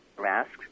masks